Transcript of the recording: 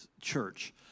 church